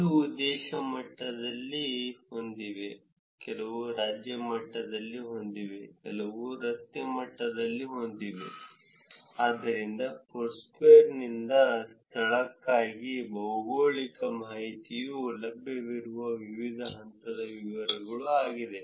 ಕೆಲವು ದೇಶ ಮಟ್ಟದಲ್ಲಿ ಹೊಂದಿವೆ ಕೆಲವು ರಾಜ್ಯ ಮಟ್ಟದಲ್ಲಿ ಹೊಂದಿವೆ ಕೆಲವು ರಸ್ತೆ ಮಟ್ಟದಲ್ಲಿ ಹೊಂದಿವೆ ಆದ್ದರಿಂದ ಫೋರ್ಸ್ಕ್ವೇರ್ ನಿಂದ ಸ್ಥಳಕ್ಕಾಗಿ ಭೌಗೋಳಿಕ ಮಾಹಿತಿಯು ಲಭ್ಯವಿರುವ ವಿವಿಧ ಹಂತದ ವಿವರಗಳು ಆಗಿದೆ